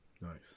Nice